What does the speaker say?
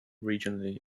regionally